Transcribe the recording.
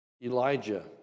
Elijah